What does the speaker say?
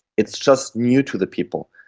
it's just new to the people.